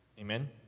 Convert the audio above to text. amen